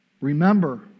Remember